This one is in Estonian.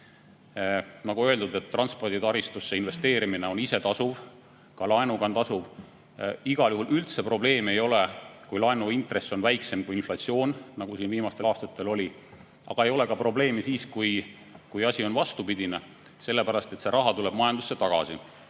Nagu öeldud, et transporditaristusse investeerimine on isetasuv, ka laenu korral on see tasuv. Igal juhul üldse probleeme ei ole, kui laenuintress on väiksem kui inflatsioon, nagu siin viimastel aastatel oli, aga ei ole probleeme ka siis, kui asi on vastupidine, sellepärast et see raha tuleb majandusse tagasi.